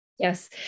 Yes